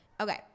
Okay